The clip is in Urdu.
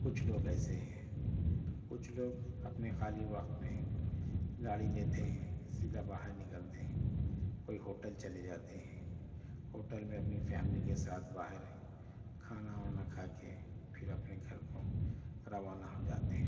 کچھ لوگ ایسے ہیں کچھ لوگ اپنے خالی وقت میں گاڑی لیتے ہیں سیدھا باہر نکلتے ہیں کوئی ہوٹل چلے جاتے ہیں ہوٹل میں اپنی فیملی کے ساتھ باہر کھانا وانا کھا کے پھر اپنے گھر کو روانہ ہو جاتے ہیں